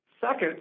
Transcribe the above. Second